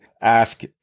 ask